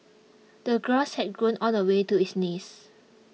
the grass had grown all the way to his knees